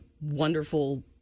wonderful